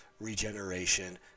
regeneration